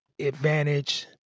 advantage